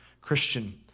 Christian